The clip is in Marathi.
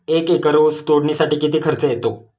एक एकर ऊस तोडणीसाठी किती खर्च येतो?